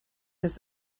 his